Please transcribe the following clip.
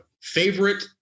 Favorite